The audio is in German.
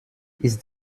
ist